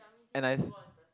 and I s~